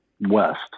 West